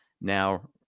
now